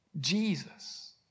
Jesus